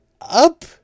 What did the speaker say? up